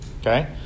Okay